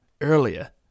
earlier